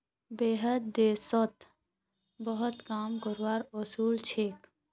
बहुतेते देशोत बहुत कम कर वसूल छेक